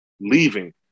leaving